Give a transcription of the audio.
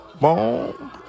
Boom